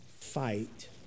fight